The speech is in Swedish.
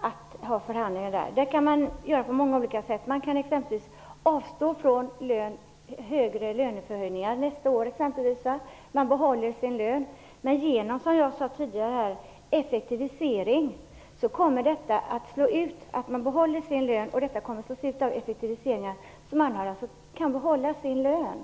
att föra förhandlingar. Man kan göra på många olika sätt. De anställda kan exempelvis avstå från löneförhöjning nästa år. Det kan också vara så, som jag sade tidigare, att man åstadkommer sådana effektiviseringar att de anställda behåller sin lön.